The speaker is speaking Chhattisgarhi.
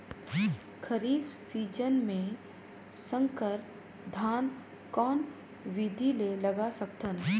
खरीफ सीजन मे संकर धान कोन विधि ले लगा सकथन?